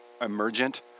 emergent